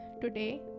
Today